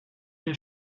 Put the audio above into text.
der